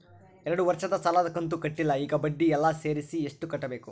ಎರಡು ವರ್ಷದ ಸಾಲದ ಕಂತು ಕಟ್ಟಿಲ ಈಗ ಬಡ್ಡಿ ಎಲ್ಲಾ ಸೇರಿಸಿ ಎಷ್ಟ ಕಟ್ಟಬೇಕು?